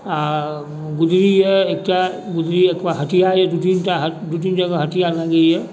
आओर गुदड़ी यऽ एकटा गुदड़ी हटिया दू तीनटा हटिया दू तीन जगह हटिया लगैए